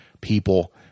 people